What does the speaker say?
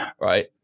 right